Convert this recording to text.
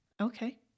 Okay